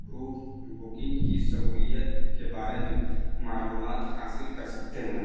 group booking کی سہولیت کے بارے میں معلومات حاصل کر سکتے ہیں